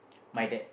my dad